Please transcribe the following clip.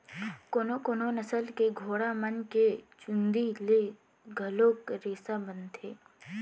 कोनो कोनो नसल के घोड़ा मन के चूंदी ले घलोक रेसा बनथे